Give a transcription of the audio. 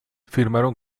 firmaron